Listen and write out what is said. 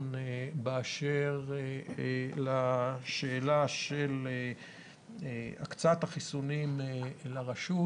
באשר לשאלה של הקצאת החיסונים לרשות,